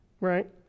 right